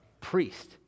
priest